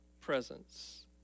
presence